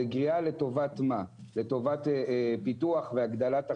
זו גריעה לטובת מה, לטובת פיתוח והגדלת אכסניה.